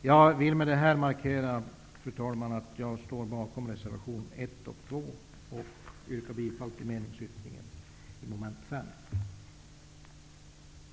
Jag vill med detta, fru talman, markera att jag står bakom reservationerna 1 och 2, och jag yrkar bifall till meningsyttringen till mom. 5.